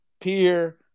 Pierre